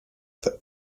for